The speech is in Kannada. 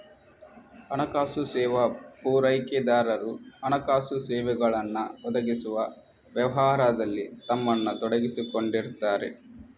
ಹಣಕಾಸು ಸೇವಾ ಪೂರೈಕೆದಾರರು ಹಣಕಾಸು ಸೇವೆಗಳನ್ನ ಒದಗಿಸುವ ವ್ಯವಹಾರದಲ್ಲಿ ತಮ್ಮನ್ನ ತೊಡಗಿಸಿಕೊಂಡಿರ್ತಾರೆ